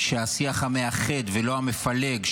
שהשיח המאחד ולא המפלג,